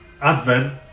Advent